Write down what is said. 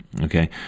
Okay